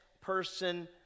person